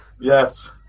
Yes